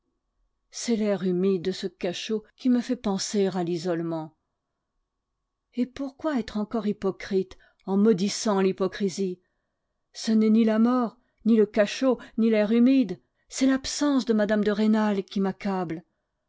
c'est l'air humide de ce cachot qui me fait penser à l'isolement et pourquoi être encore hypocrite en maudissant l'hypocrisie ce n'est ni la mort ni le cachot ni l'air humide c'est l'absence de mme de rênal qui m'accable